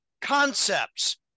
concepts